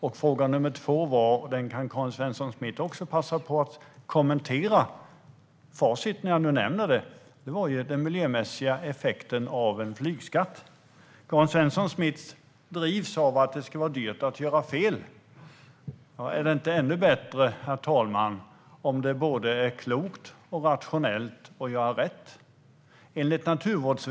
När det gäller fråga 2 kan Karin Svensson Smith också passa på att kommentera facit för, när jag nu nämner det, den miljömässiga effekten av en flygskatt. Karin Svensson Smith drivs av att det ska vara dyrt att göra fel. Är det inte ännu bättre, herr talman, om det är både klokt och rationellt att göra rätt?